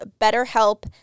BetterHelp